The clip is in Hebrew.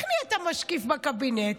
איך נהיית משקיף בקבינט?